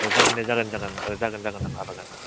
जागोन दे जागोन जागोन औ जागोन जागोन आदा जागोन